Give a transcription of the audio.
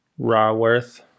Raworth